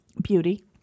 beauty